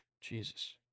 Jesus